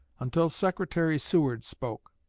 until secretary seward spoke.